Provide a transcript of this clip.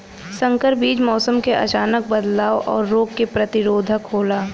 संकर बीज मौसम क अचानक बदलाव और रोग के प्रतिरोधक होला